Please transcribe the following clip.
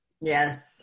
Yes